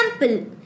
Example